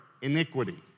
iniquity